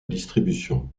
distribution